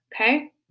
Okay